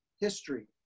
history